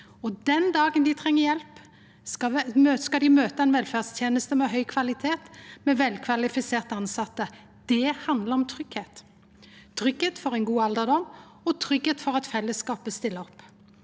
den dagen dei treng hjelp, skal dei møta ei velferdsteneste med høg kvalitet, med velkvalifiserte tilsette. Det handlar om tryggleik – tryggleik for ein god alderdom og tryggleik for at fellesskapet stiller opp.